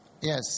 Yes